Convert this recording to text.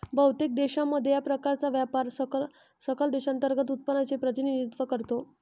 बहुतेक देशांमध्ये, या प्रकारचा व्यापार सकल देशांतर्गत उत्पादनाचे प्रतिनिधित्व करतो